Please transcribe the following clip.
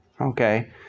okay